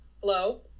Hello